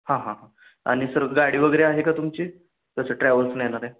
हां हां हां आणि सर गाडी वगैरे आहे का तुमची कसं ट्रॅव्हल्सनी येणार आहे